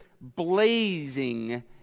blazing